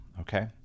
okay